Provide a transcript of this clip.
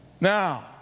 Now